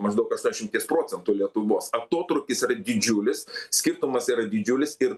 maždaug dešimties procentų lietuvos atotrūkis yra didžiulis skirtumas yra didžiulis ir